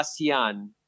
ASEAN